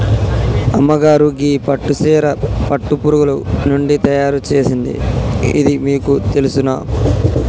అమ్మగారు గీ పట్టు సీర పట్టు పురుగులు నుండి తయారు సేసింది ఇది మీకు తెలుసునా